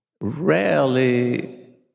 rarely